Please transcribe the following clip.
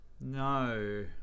No